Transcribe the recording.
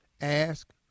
Ask